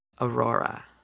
Aurora